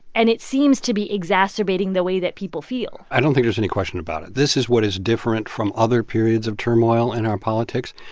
and it seems to be exacerbating the way that people feel i don't think there's any question about it. this is what is different from other periods of turmoil in our politics.